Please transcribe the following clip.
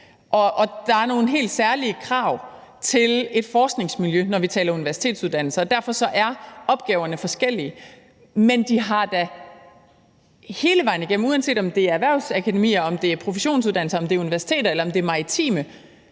der er nogle helt særlige krav til et forskningsmiljø, når vi taler universitetsuddannelser, og derfor er opgaverne forskellige. Men de har da hele vejen igennem, uanset om det er erhvervsakademier, om det er professionsuddannelser, om det er universiteter, eller om det er